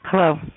Hello